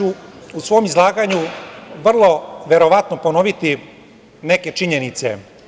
U svom izlaganju ja ću vrlo verovatno ponoviti neke činjenice.